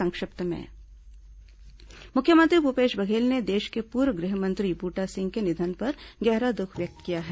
संक्षिप्त समाचार मुख्यमंत्री भूपेश बघेल ने देश के पूर्व गृह मंत्री बूटा सिंह के निधन पर गहरा दुख व्यक्त किया है